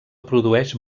produeix